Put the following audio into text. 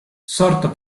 sorto